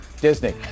Disney